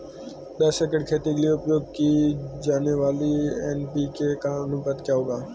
दस एकड़ खेती के लिए उपयोग की जाने वाली एन.पी.के का अनुपात क्या होगा?